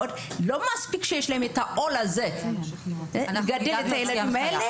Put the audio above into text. לא מספיק שיש להם את העול בגידול הילדים האלה?